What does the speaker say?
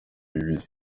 bibiri